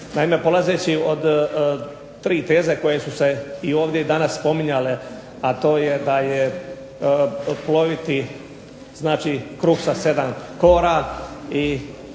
Naime, polazeći od tri teze koje su se i ovdje danas spominjale, a to je da je ploviti kruh sa 7 kora i